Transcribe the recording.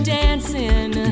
dancing